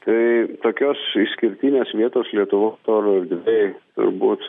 tai tokios išskirtinės vietos lietuvos oro erdvėj turbūt